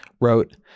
wrote